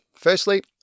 Firstly